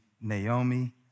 Naomi